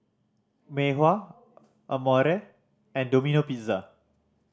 Mei Hua Amore and Domino Pizza